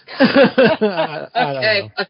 Okay